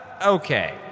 Okay